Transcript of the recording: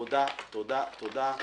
תודה, תודה.